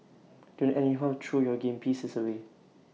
don't anyhow throw your game pieces away